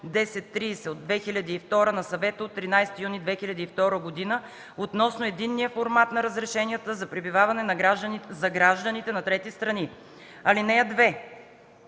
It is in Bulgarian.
1030/2002 на Съвета от 13 юни 2002 г. относно единния формат на разрешенията за пребиваване за гражданите на трети страни. (2)